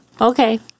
Okay